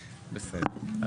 בסדר.